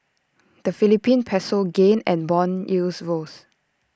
the Philippine Peso gained and Bond yields rose